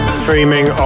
streaming